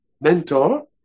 mentor